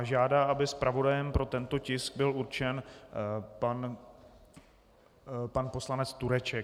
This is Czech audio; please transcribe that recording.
Žádá, aby zpravodajem pro tento tisk byl určen pan poslanec Tureček.